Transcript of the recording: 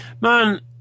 Man